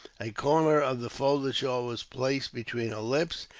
a corner of the folded shawl was placed between her lips,